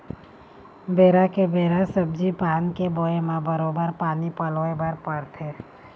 बेरा के बेरा सब्जी पान के बोए म बरोबर पानी पलोय बर परथे